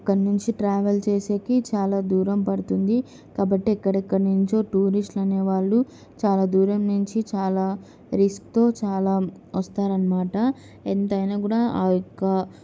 అక్కడి నుంచి ట్రావెల్ చేసేకి చాలా దూరం పడుతుంది కాబట్టి ఏక్కడెక్కడి నుంచో టూరిస్టులు అనేవాళ్ళు చాలా దూరం నుంచి చాలా రిస్క్తో చాలా వస్తారనమాట ఎంతైనా కూడా ఆ యొక్క